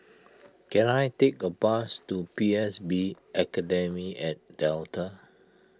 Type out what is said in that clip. can I take a bus to P S B Academy at Delta